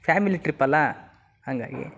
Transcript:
family trip ಅಲ್ವಾ ಹಾಗಾಗಿ